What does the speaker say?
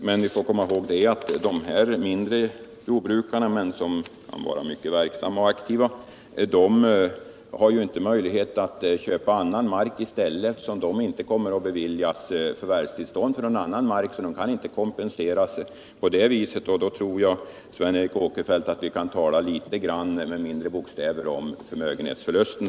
Men vi får komma ihåg att de mindre jordbrukarna, som kan vara mycket verksamma och aktiva, inte har möjlighet att köpa annan mark i stället då de inte beviljas förvärvstillstånd för denna och de kan således inte kompensera sig genom attköpa annan mark. Jag tror, Sven Eric Åkerfeldt, att vi kan tala med litet mindre bokstäver om skyddet mot förmögenhetsförlust.